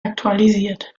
aktualisiert